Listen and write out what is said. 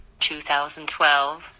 2012